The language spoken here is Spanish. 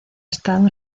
estado